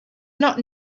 not